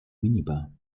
minibar